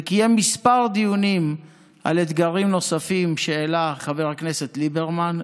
וקיים כמה דיונים על אתגרים נוספים שהעלה חבר הכנסת ליברמן,